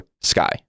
sky